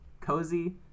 Cozy